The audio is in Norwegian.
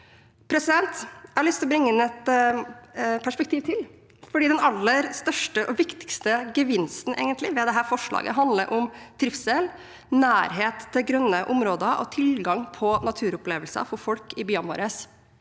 lyst til å bringe inn et perspektiv til, for den egentlig aller største og viktigste gevinsten ved dette forslaget handler om trivsel, nærhet til grønne områder og tilgang på naturopplevelser for folk i byene våre.